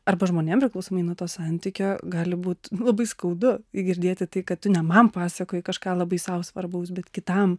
arba žmonėms priklausomai nuo to santykio gali būti labai skaudu girdėti tai kad tu ne man pasakoji kažką labai sau svarbaus bet kitam